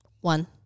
One